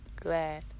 glad